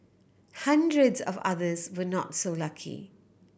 hundreds of others were not so lucky